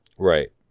Right